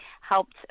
helped